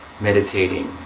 meditating